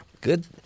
Good